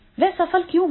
वह सफल क्यों होगा